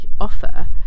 offer